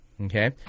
okay